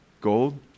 Gold